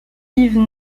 yves